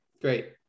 great